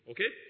Okay